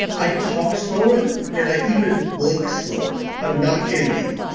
i talk slower and i even blink slower. i'm not kidding you.